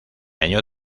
año